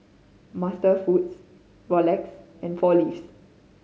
MasterFoods Rolex and Four Leaves